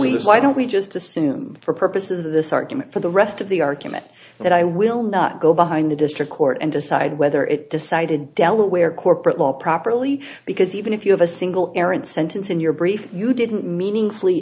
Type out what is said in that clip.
i don't we just assume for purposes of this argument for the rest of the argument that i will not go behind the district court and decide whether it decided delaware corporate law properly because even if you have a single errant sentence in your brief you didn't meaning